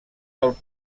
del